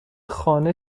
خانه